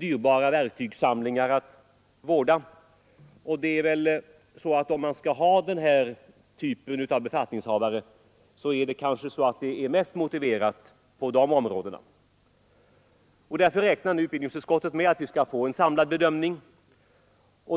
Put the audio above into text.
dyra verktygssamlingar att vårda. Om man skall ha denna typ av befattningshavare är det kanske mest motiverat på de områdena. Utbildningsutskottet räknar därför med att vi skall få en samlad bedömning.